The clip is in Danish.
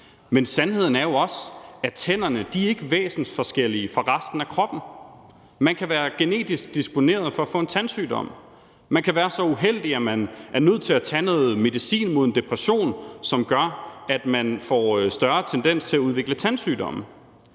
Men sandheden er jo også, at tænderne ikke er væsensforskellige fra resten af kroppen. Man kan være genetisk disponeret for at få en tandsygdom. Man kan være så uheldig, at man er nødt til at tage noget medicin mod en depression, som gør, at man får en større tendens til at udvikle tandsygdomme.